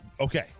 Okay